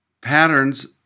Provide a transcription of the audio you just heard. Patterns